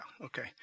okay